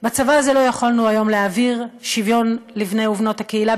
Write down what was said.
בצבא הזה לא יכולנו היום להעביר שוויון לבני ובנות הקהילה,